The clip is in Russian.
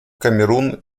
камерун